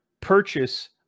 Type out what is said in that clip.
purchase